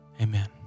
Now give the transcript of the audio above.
amen